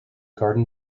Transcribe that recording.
garden